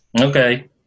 Okay